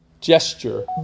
gesture